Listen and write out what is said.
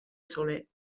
soler